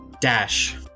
Dash